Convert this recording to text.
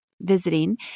visiting